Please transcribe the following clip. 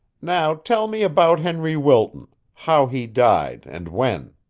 now tell me about henry wilton how he died and when.